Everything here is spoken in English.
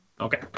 Okay